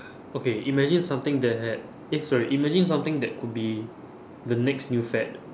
okay imagine something that had eh sorry imagine something that could be the next new fad